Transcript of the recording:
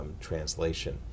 translation